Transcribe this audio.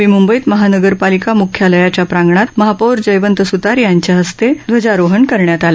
नवी मुंबईत महानगरपालिका मुख्यालयाच्या प्रांगणात महापौर जयवंत सुतार यांच्या हस्ते ध्वजारोहण झालं